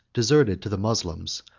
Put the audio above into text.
deserted to the moslems,